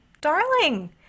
darling